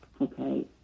Okay